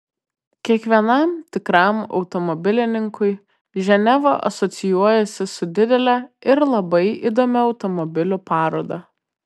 kiekvienam tikram automobilininkui ženeva asocijuojasi su didele ir labai įdomia automobilių paroda